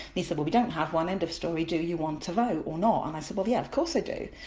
he said, well we don't have one end of story, do you want to vote or not? and i said, well yeah of course i do.